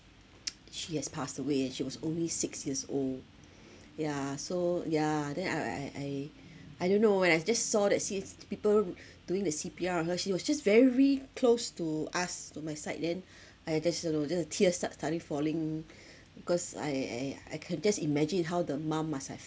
she has passed away and she was only six years old yeah so yeah then I I I I don't know when I just saw that scene people doing the C_P_R you know she was just very close to us to my side then I just alone then the tears start suddenly falling because I I I can just imagine how the mum must have